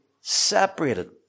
separated